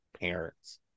parents